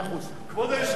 כבוד היושב-ראש,